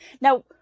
now